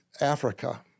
Africa